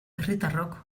herritarrok